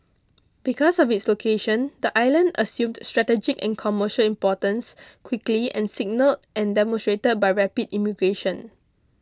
because of its location the island assumed strategic and commercial importance quickly and signalled and demonstrated by rapid immigration